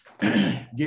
get